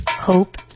hope